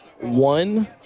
one